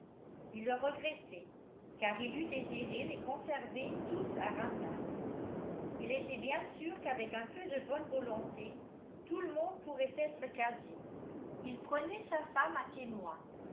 il le regrettait car il eut désiré les conserver tous à randalls il était bien sûr qu'avec un peu de bonne volonté tout le monde pourrait être casé il prenait sa femme à témoin